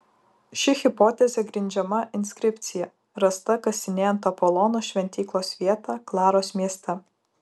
ši hipotezė grindžiama inskripcija rasta kasinėjant apolono šventyklos vietą klaros mieste